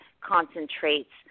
concentrates